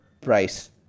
price